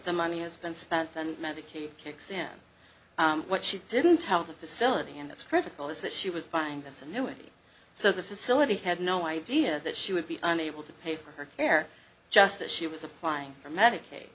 the money has been spent then medicaid kicks in what she didn't tell the facility and that's critical is that she was buying this annuity so the facility had no idea that she would be unable to pay for her care just that she was applying for medica